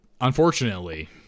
unfortunately